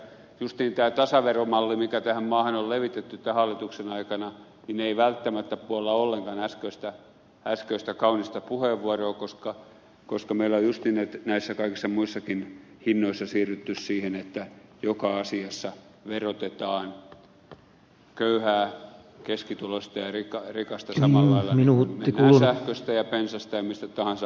justiin tämä tasaveromalli mikä tähän maahan on levitetty tämän hallituksen aikana ei välttämättä puolla ollenkaan äskeistä kaunista puheenvuoroa koska meillä on justiin näissä kaikissa muissakin hinnoissa siirrytty siihen että joka asiassa verotetaan köyhää keskituloista ja rikasta samalla lailla sähkössä ja bensassa ja missä tahansa